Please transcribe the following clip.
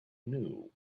knew